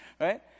Right